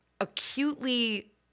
acutely